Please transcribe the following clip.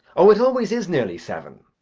oh! it always is nearly seven.